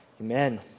Amen